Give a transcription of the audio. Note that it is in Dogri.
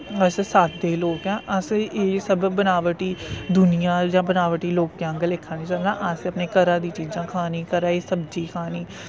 अस सद्दे लोक ऐं अस एह् सब बनावटी दुनिया जां बनावटी लोकें आह्नगर लेखा निं चलना असें अपने घरा दी चीजां खानी घरा दी सब्जी खानी